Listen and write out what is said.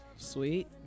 Sweet